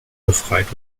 befreit